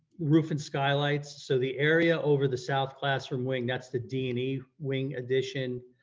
roof and skylights. so the area over the south classroom wing, that's the d and e wing edition.